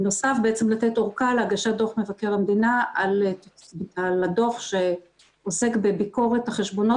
בעצם לתת אורכה להגשת דוח מבקר המדינה על הדוח שעוסק בביקורת החשבונות